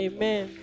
Amen